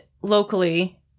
locally